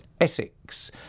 Essex